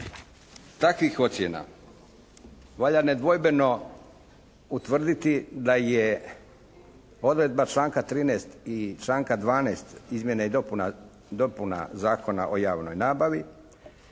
takvih ocjena valja nedvojbeno utvrditi da je odredba članka 13. i članka 12. izmjena i dopuna Zakona o javnoj nabavi